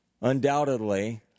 undoubtedly